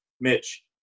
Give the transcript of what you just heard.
Mitch